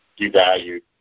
devalued